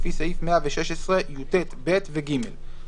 לפי סעיף 116יט(ב) ו-(ג)".